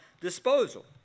disposal